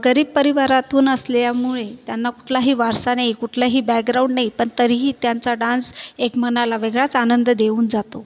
गरीब परिवारातून असल्यामुळे त्यांना कुठलाही वारसा नाही कुठलाही बॅकग्राऊंड नाही पण तरीही त्यांचा डान्स एक मनाला वेगळाच आनंद देऊन जातो